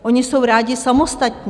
Oni jsou rádi samostatní.